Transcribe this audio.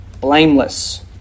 blameless